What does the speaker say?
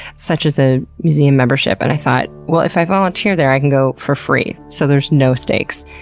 such as a museum membership, and i thought, well, if i volunteer there i can go for free. so there's no stakes.